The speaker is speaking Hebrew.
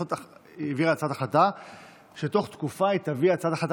היא העבירה הצעת החלטה שבתוך תקופה היא תביא הצעת החלטה